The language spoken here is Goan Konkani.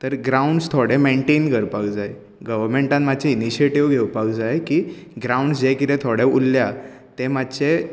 तर ग्रावंडस थोडे मेंटेन करपाक जाय गोवर्मेंटान मात्शें तरी इनीशिएटीव घेवपाक जाय की ग्रावंडस जे कितें थोडे उरल्या ते मात्शें